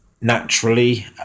naturally